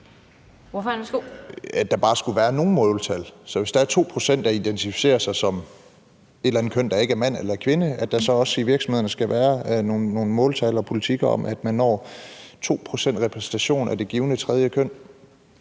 i forhold til at der bare skulle være nogle måltal, altså om der, hvis der er 2 pct., der identificerer sig som et eller andet køn, der ikke er mand eller kvinde, så også i virksomhederne skal være nogle måltal eller politikker om, at man når 2 pct.s repræsentation af det givne tredje køn